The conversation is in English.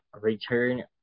return